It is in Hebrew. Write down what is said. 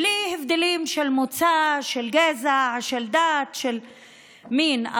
בלי הבדלים של מוצא, של גזע, של דת, של מין.